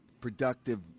productive